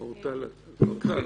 אורטל, בבקשה.